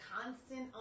constant